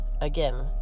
Again